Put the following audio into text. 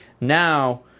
Now